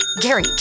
Gary